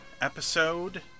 episode